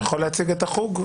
אתה יכול להציג את החוג?